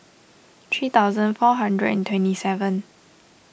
three thousand four hundred and twenty seven